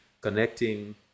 Connecting